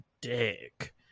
dick